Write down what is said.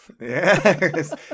Yes